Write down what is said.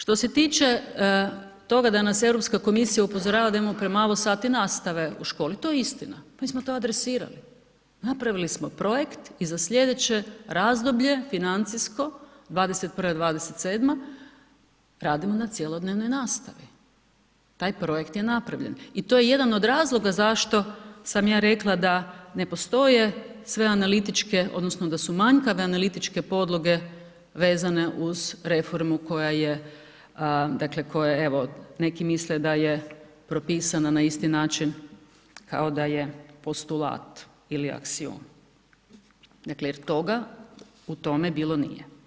Što se tiče toga da nas Europska komisija upozorava da imamo premalo sati nastave u školi, to je istina, mi smo to adresirali, napravili smo projekt i za slijedeće razdoblje financijsko '21.-'27. radimo na cjelodnevnoj nastavi, taj projekt je napravljen i to je jedan od razloga zašto sam ja rekla da ne postoje sve analitičke odnosno da su manjkave analitičke podloge vezane uz reformu koja je, dakle koja je, evo neki misle da je propisana na isti način kao da je postulat ili aksiom, dakle jer toga u tome bilo nije.